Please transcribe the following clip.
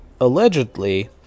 allegedly